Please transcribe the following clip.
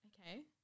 Okay